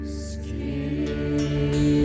skin